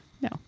No